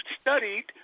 studied